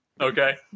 Okay